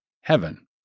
heaven